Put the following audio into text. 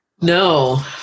No